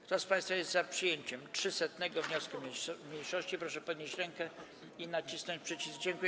Kto z państwa jest za przyjęciem 300. wniosku mniejszości, proszę podnieść rękę i nacisnąć przycisk.